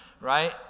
right